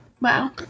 Wow